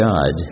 God